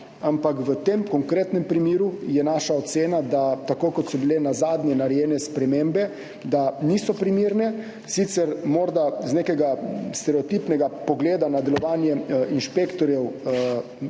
Ampak v tem konkretnem primeru je naša ocena, da tako, kot so bile nazadnje narejene spremembe, niso primerne. Sicer so morda z nekega stereotipnega pogleda na delovanje inšpektorjev